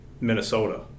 Minnesota